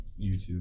YouTube